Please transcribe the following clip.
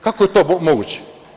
Kako je to moguće?